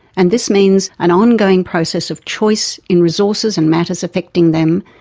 and this means an ongoing process of choice in resources and matters affecting them,